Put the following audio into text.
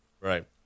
Right